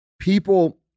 people